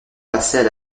passait